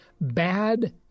bad